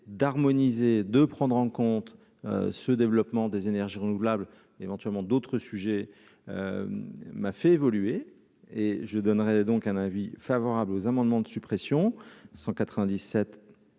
d'harmoniser, de prendre en compte ce développement des énergies renouvelables, éventuellement d'autres sujets m'a fait évoluer et je donnerai donc un avis favorable aux amendements de suppression 197